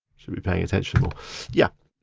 should be paying attention more. yeah,